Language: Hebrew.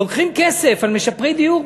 לוקחים כסף ממשפרי דיור.